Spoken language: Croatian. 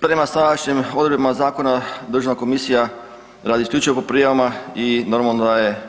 Prema sadašnjim odredbama zakona državna komisija radi isključivo po prijavama i normalno da je